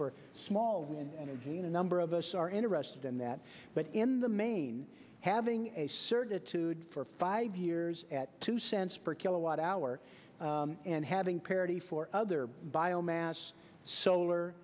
a small number of us are interested in that but in the main having a service for five years at two cents per kilowatt hour and having parity for other biomass solar